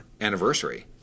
anniversary